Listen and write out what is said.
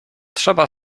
trzeba